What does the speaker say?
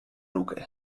luke